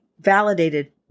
validated